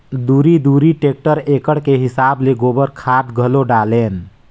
दूरी दूरी टेक्टर एकड़ के हिसाब ले गोबर खाद घलो डालेन